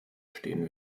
stehen